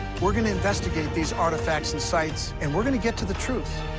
we're gonna investigate these artifacts and sites, and we're gonna get to the truth.